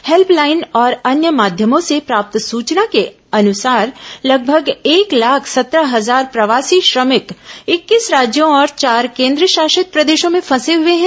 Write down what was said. helpline और अन्य माध्यमों से प्राप्त सूचना के अनुसार लगभग एक लाख सत्रह हजार प्रवासी श्रमिक इक्कीस राज्यों और चार केंद्रशासित प्रदेशों में फंसे हए हैं